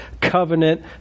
covenant